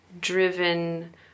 driven